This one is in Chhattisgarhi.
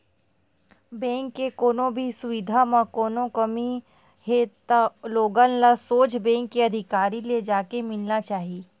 बेंक के कोनो भी सुबिधा म कोनो कमी हे त लोगन ल सोझ बेंक के अधिकारी ले जाके मिलना चाही